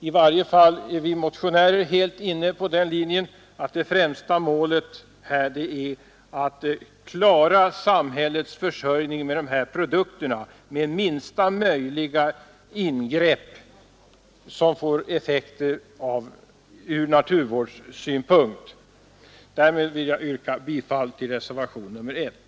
I varje fall är vi motionärer helt inne på den linjen att det främsta målet här är att klara samhällets försörjning med dessa naturprodukter med minsta möjliga ingrepp i naturen. Därmed vill jag yrka bifall till reservationen 1.